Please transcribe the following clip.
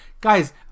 Guys